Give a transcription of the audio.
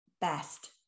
best